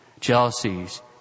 jealousies